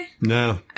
No